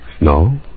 No